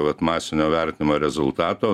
vat masinio vertinimo rezultatą o